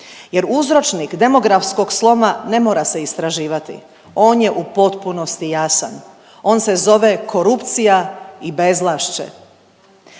jer uzročnik demografskog sloma ne mora se istraživati, on je u potpunosti jasan. On se zove korupcija i bezvlašće.